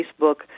Facebook